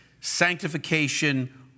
sanctification